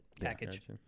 package